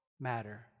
matter